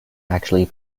actually